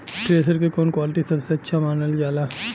Thresher के कवन quality सबसे अच्छा मानल जाले?